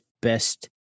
best